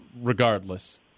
regardless